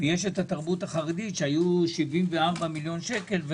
יש התרבות החרדית שהיו 74 מיליון שקל,